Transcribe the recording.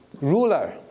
ruler